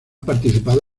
participado